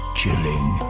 chilling